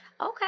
Okay